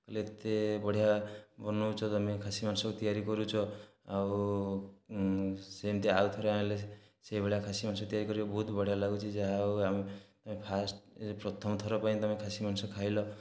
କହିଲେ ଏତେ ବଢ଼ିଆ ବନଉଛ ତୁମେ ଖାସି ମାଂସ ତିଆରି କରୁଛ ଆଉ ସେମିତି ଆଉଥରେ ଆଣିଲେ ସେହିଭଳିଆ ଖାସି ମାଂସ ତିଆରି କରିବ ବହୁତ ବଢ଼ିଆ ଲାଗୁଛି ଯାହା ହେଉ ଆଉ ଫାଷ୍ଟ ଏଇ ଯେଉଁ ପ୍ରଥମଥର ପାଇଁ ତୁମେ ଖାସି ମାଂସ ଖାଇଲ